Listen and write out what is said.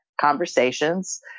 conversations